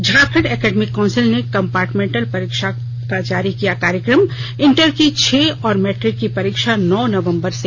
Jharkhand academic council ने compartmental परीक्षा का जारी किया कार्यकम इंटर की छह और मैट्रिक की परीक्षा नौ नवंबर से